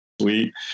sweet